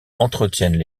entretiennent